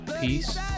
Peace